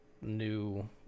new